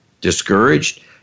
discouraged